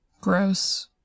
Gross